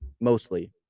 mostly